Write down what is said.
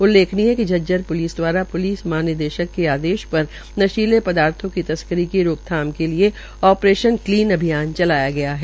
उल्लेखनीय है कि झज्जर प्लिस दवारा महानिदेशक के आदेश पर नशीले पदार्थो की तस्करी की रोकथाम के लिए आप्रेशन क्लीन चलाया गया है